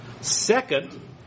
Second